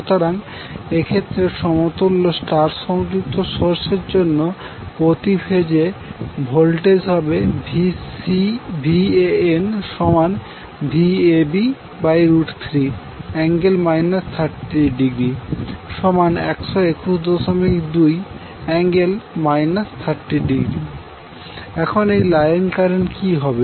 সুতরাং এক্ষেত্রে সমতুল্য স্টার সংযুক্ত সোর্স এর জন্য প্রতি ফেজে ভোল্টেজ হবে VanVab3∠ 30°1212∠ 30° এখন লাইন কারেন্ট কি হবে